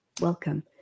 welcome